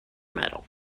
metal